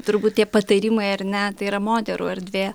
turbūt tie patarimai ar ne tai yra moterų erdvė